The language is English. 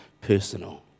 personal